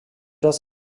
das